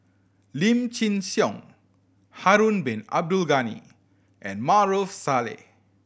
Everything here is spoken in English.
Lim Chin Siong Harun Bin Abdul Ghani and Maarof Salleh